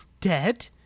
Dead